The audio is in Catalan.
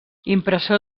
impressor